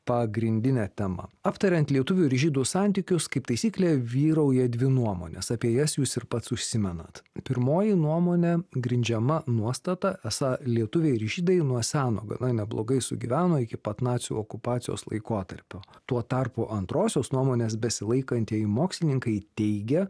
pagrindinė tema aptariant lietuvių ir žydų santykius kaip taisyklė vyrauja dvi nuomonės apie jas jūs ir pats užsimenat pirmoji nuomonė grindžiama nuostata esą lietuviai ir žydai nuo seno gana neblogai sugyveno iki pat nacių okupacijos laikotarpio tuo tarpu antrosios nuomonės besilaikantieji mokslininkai teigia